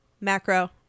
Macro